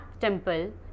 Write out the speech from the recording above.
Temple